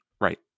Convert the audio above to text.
Right